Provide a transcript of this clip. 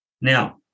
Now